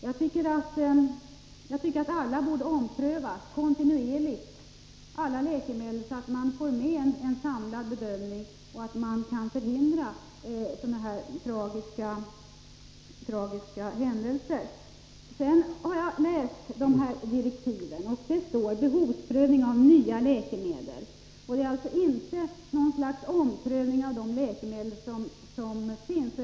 Jag tycker att alla läkemedel kontinuerligt bör omprövas, så att man får en samlad bedömning och kan förhindra sådana här tragiska händelser. Jag har läst direktiven till läkemedelsutredningen, och det står där att utredningen gäller behovsprövning av nya läkemedel. Det är alltså inte fråga om något slags omprövning av de läkemedel som finns.